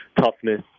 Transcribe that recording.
toughness